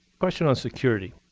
question on security,